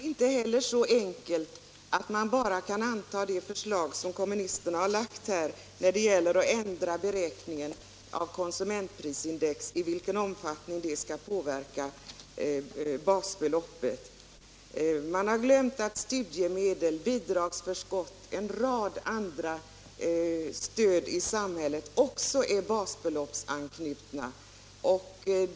Herr talman! Det är inte så enkelt att man bara kan anta ett förslag som kommunisterna har lagt när det gäller att ändra den omfattning i vilken konsumentprisindex skall påverka basbeloppet före dessa pensioner. Man har glömt att studiemedel, bidragsförskott och en rad andra stöd i samhället också är basbeloppsanknutna.